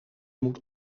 moet